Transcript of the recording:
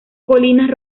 colinas